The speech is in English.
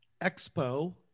Expo